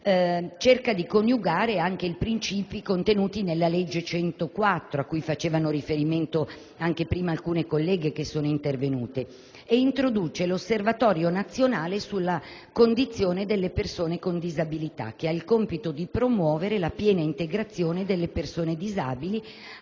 cerca di coniugare anche i princìpi contenuti nella legge n. 104 del 1992, cui facevano riferimento alcune colleghe che sono intervenute, e introduce l'Osservatorio nazionale sulla condizione delle persone con disabilità, che ha il compito di promuovere la piena integrazione delle persone disabili